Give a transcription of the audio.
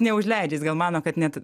neužleidžia jis gal mano kad net